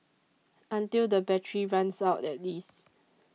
until the battery runs out at least